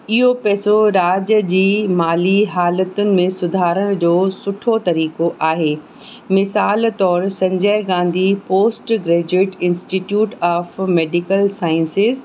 इहो पैसो राज्य जी माली हालतुनि में सुधारण जो सुठो तरीक़ो आहे मिसाल तौर Sanjay Gandhi post graduate institute of medical sciences